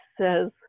says